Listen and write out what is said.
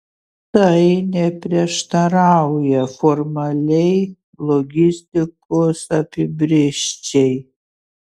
tai neprieštarauja formaliai logistikos apibrėžčiai